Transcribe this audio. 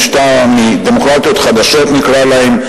דמוקרטיות חדשות, נקרא להן.